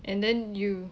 and then you